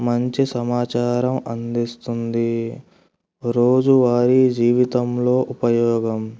మంచి సమాచారం అందిస్తుంది రోజు వారి జీవితంలో ఉపయోగం